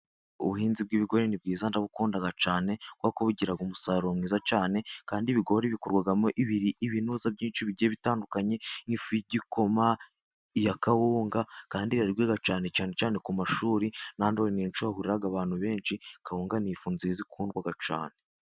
Ubuhinzi bw'ibigori ni bwiza ndabukunda cyane, kubera ko bugira umusaruro mwiza cyane, kandi ibigori bikorwamo ibintuza byinshi bigiye bitandukanye nk'ifu y'igikoma, iya kawunga, kandi biraribwa cyane cyane cyane ku mashuri, n'ahandi hantu hahurira abantu benshi, kawunga ni ifu nziza ikundwa cyane.